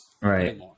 right